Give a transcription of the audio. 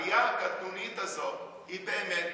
הראייה הקטנונית הזו היא באמת,